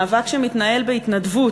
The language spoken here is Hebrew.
מאבק שמתנהל בהתנדבות,